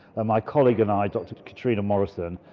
my colleague and i, dr catriona morrison,